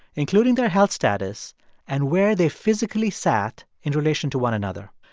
including their health status and where they physically sat in relation to one another.